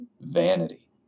vanity